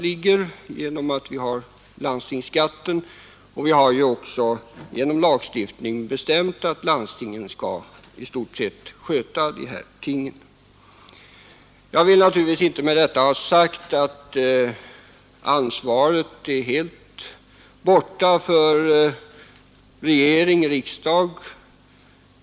Vi har ju genom lagstiftning i stort sett överlåtit åt landstingen att sköta dessa ting. Jag vill inte med detta ha sagt att regering och riksdag inte har något ansvar i sammanhanget.